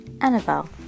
Annabelle